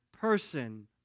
person